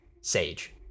sage